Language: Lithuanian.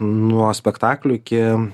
nuo spektaklių iki